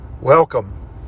Welcome